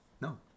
No